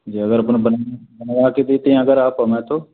जगह अपना बन बनवा के देते हैं अगर आप हमें तो